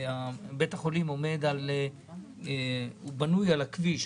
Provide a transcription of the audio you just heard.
בית החולים בנוי על הכביש,